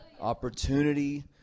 Opportunity